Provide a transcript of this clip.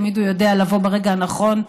תמיד הוא יודע לבוא ברגע הנכון,